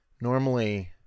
normally